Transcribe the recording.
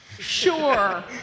Sure